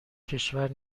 کشور